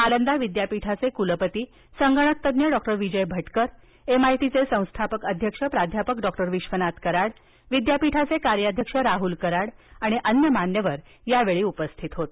नालंदा विद्यापीठाचे कुलपती संगणकतज्ञ doctor Vijay Bhatkar M I T चे संस्थापक अध्यक्ष प्राध्यापक डॉक्टर विश्वनाथ कराड विद्यापीठाचे कार्याध्यक्ष राह्ल कराड आणि अन्य मान्यवर यावेळी उपस्थित होते